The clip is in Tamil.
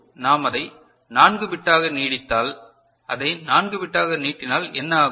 இப்போது நாம் அதை 4 பிட்டாக நீடித்தால் அதை 4 பிட்டாக நீட்டினால் என்ன ஆகும்